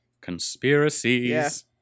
conspiracies